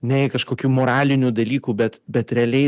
nei kažkokių moralinių dalykų bet bet realiai